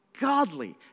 godly